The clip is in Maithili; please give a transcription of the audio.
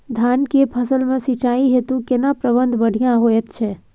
धान के फसल में सिंचाई हेतु केना प्रबंध बढ़िया होयत छै?